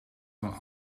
van